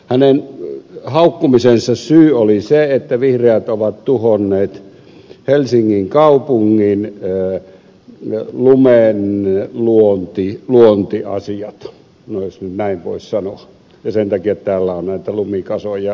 hänen haukkumisensa syy oli se että vihreät ovat tuhonneet helsingin kaupungin lumenluontiasiat jos nyt näin voisi sanoa ja sen takia täällä on näitä lumikinoksia siellä sun täällä